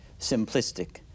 simplistic